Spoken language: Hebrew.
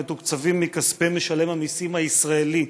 המתוקצבים מכספי משלם המיסים הישראלי,